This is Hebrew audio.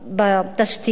בתשתית